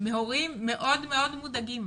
מהורים מאוד מאוד מודאגים